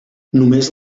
només